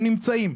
הם נמצאים,